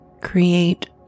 create